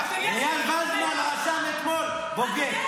בוגד,